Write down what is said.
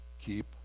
Keep